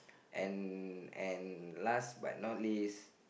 and and last but not least